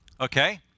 Okay